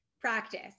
Practice